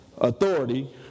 authority